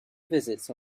visits